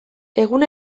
egun